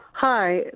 Hi